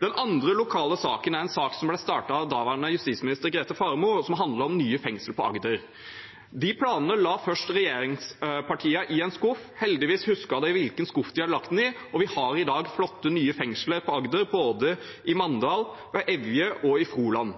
Den andre lokale saken er en sak som ble startet av daværende justisminister Grete Faremo, og som handler om nye fengsler på Agder. Disse planene la først regjeringspartiene i en skuff. Heldigvis husket de hvilken skuff de hadde lagt dem i, og vi har i dag flotte nye fengsler på Agder, både i Mandal, på Evje og i Froland.